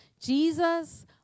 Jesus